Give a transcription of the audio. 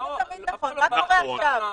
אבל מה קורה עכשיו?